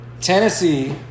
Tennessee